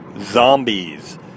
zombies